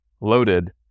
loaded